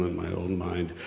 my own mind.